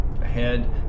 Ahead